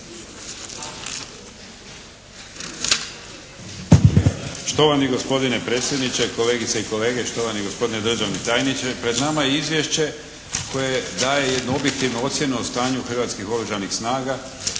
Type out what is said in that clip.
Štovani gospodine predsjedniče, kolegice i kolege, štovani gospodine državni tajniče. Pred nama je izvješće koje daje jednu objektivnu ocjenu o stanju Oružanih snaga.